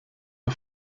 der